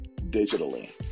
digitally